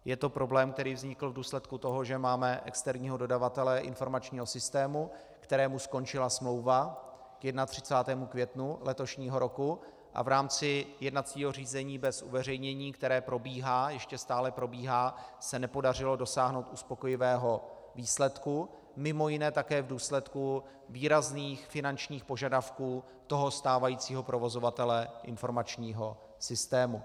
Je to problém, který vznikl v důsledku toho, že máme externího dodavatele informačního systému, kterému skončila smlouva k 31. květnu letošního roku, a v rámci jednacího řízení bez uveřejnění, které ještě stále probíhá, se nepodařilo dosáhnout uspokojivého výsledku, mimo jiné také v důsledku výrazných finančních požadavků stávajícího provozovatele informačního systému.